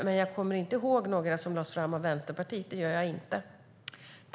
Men jag kommer inte ihåg några förslag som lades fram av Vänsterpartiet.